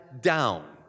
down